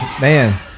man